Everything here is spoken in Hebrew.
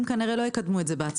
הם כנראה לא יקדמו את זה בעצמם.